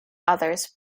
others